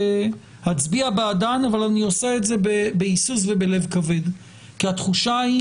אצביע בעדן אבל אני עושה את זה בהיסוס ובלב כבד כי התחושה היא